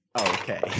okay